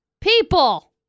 People